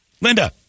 Linda